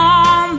on